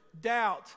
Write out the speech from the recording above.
doubt